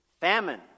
famine